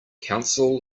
council